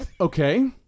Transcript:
Okay